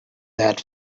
that